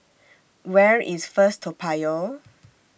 Where IS First Toa Payoh